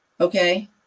okay